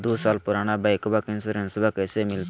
दू साल पुराना बाइकबा के इंसोरेंसबा कैसे मिलते?